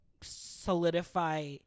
solidify